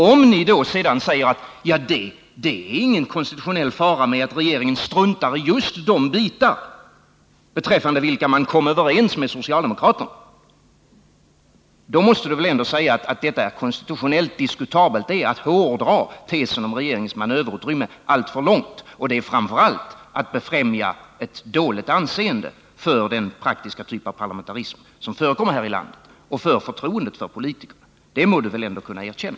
Om ni sedan säger att det inte är någon konstitutionell fara med att regeringen struntar i just de bitar beträffande vilka man kom överens med socialdemokraterna, då måste ni väl ändå säga att detta är konstitutionellt diskutabelt. Det är att hårdra tesen om regeringens manöverutrymme alltför långt. Det är framför allt att befrämja ett dåligt anseende för den praktiska typ av parlamentarism som förekommer här i landet och för förtroendet för politikerna; det må väl Daniel Tarschys ändå kunna erkänna.